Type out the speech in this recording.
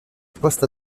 poste